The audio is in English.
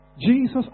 Jesus